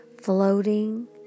floating